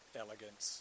elegance